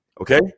okay